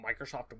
Microsoft